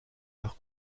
leurs